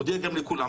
מודיע גם לכולם,